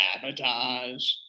sabotage